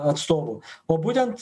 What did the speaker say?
atstovu o būtent